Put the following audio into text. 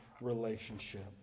relationship